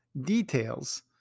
details